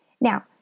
Now